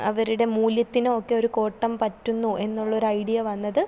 അവരുടെ മൂല്യത്തിനോ ഒക്കെ ഒരു കോട്ടം പറ്റുന്നു എന്നുള്ള ഒരു അയ്ഡ്യ വന്നത്